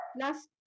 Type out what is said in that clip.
last